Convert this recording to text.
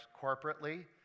corporately